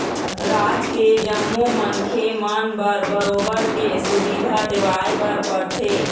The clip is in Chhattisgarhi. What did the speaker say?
राज के जम्मो मनखे मन बर बरोबर के सुबिधा देवाय बर परथे